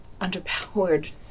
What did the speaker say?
underpowered